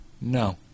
No